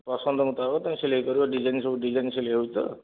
ପସନ୍ଦ ମୁତାବକ ତୁମେ ସିଲାଇ କରିବ ଡିଜାଇନ ସବୁ ଡିଜାଇନ ସିଲାଇ ହେଉଛି ତ